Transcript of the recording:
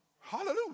Hallelujah